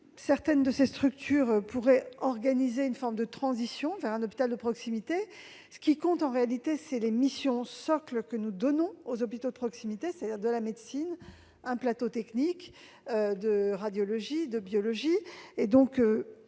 certaines de ces structures pourraient organiser une forme de transition vers un hôpital de proximité. Ce qui compte, en réalité, ce sont les missions socles que nous donnons aux hôpitaux de proximité- la médecine, un plateau technique de radiologie et de biologie -, et,